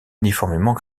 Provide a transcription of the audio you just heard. uniformément